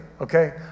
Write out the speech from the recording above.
okay